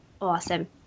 Awesome